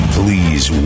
please